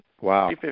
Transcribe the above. Wow